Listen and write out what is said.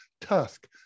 Tusk